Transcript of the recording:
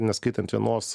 neskaitant vienos